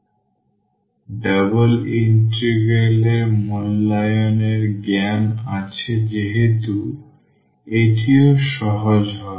সুতরাং double integral এর মূল্যায়নের জ্ঞান আছে যেহেতু এটিও সহজ হবে